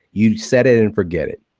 you set it and forget it,